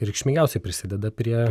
reikšmingiausiai prisideda prie